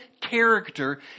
character